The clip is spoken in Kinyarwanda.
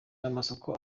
n’amasoko